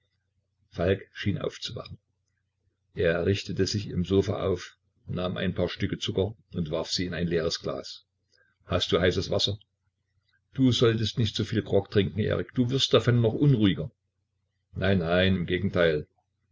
falk schien aufzuwachen er richtete sich im sofa auf nahm ein paar stücke zucker und warf sie in ein leeres glas hast du heißes wasser du solltest nicht so viel grog trinken erik du wirst davon noch unruhiger nein nein im gegenteil